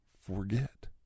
forget